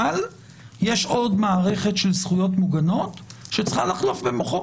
אבל יש עוד מערכת של זכויות מוגנות שצריכה לחלוף במוחו.